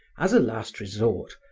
as a last resort,